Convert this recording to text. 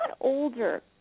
older